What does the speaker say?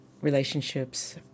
relationships